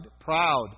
proud